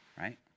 right